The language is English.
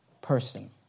person